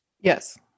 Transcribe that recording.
Yes